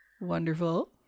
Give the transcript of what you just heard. Wonderful